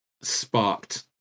sparked